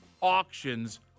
auctions